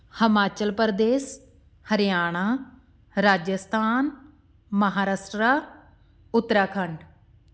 Himachal Pradesh Haryana Rajasthan Maharashtra Uttarakhand